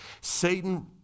Satan